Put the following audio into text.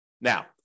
Now